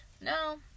no